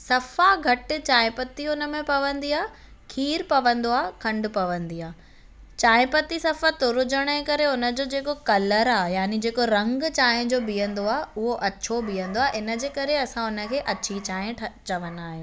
सफ़ा घटि चांहि पती हुन में पवंदी आहे खीर पवंदो आहे खंड पवंदी आहे चांहि पती सफ़ा तुर हुजनि जे करे हुन जो जेको कलर आहे याने जेको रंग चांहि जो बिहंदो आहे उहो अछो बिहंदो आहे हिन जे करे असां हुन खे अछी चांहि ठाहे चवंदा आहियूं